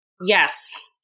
yes